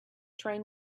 train